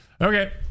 Okay